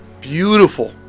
beautiful